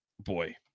boy